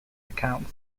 account